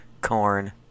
Corn